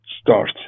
start